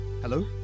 Hello